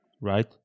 right